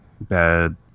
bad